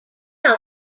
not